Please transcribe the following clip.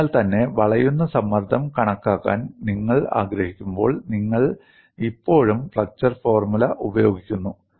അതിനാൽത്തന്നെ വളയുന്ന സമ്മർദ്ദം കണക്കാക്കാൻ നിങ്ങൾ ആഗ്രഹിക്കുമ്പോൾ നിങ്ങൾ ഇപ്പോഴും ഫ്ലെക്ചർ ഫോർമുല ഉപയോഗിക്കുന്നു